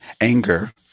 anger